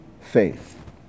faith